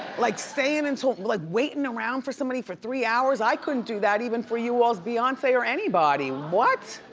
like, staying until, like, waiting around for somebody for three hours. i couldn't do that, even for you all's beyonce or anybody. what?